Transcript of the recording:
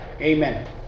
Amen